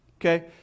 Okay